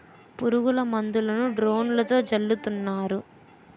పురుగుల మందులను డ్రోన్లతో జల్లుతున్నారు